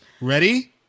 Ready